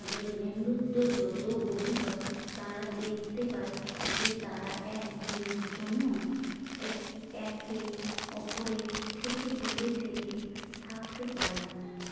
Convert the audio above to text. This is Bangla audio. তাদের বন্ধুত্ব যত গভীর হয় তারা দেখতে পায় যে তারা এক দিনের জন্য এক একে অপরের থেকে দূরে থেকে থাকতে পারে না